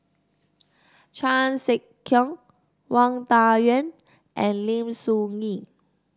Chan Sek Keong Wang Dayuan and Lim Soo Ngee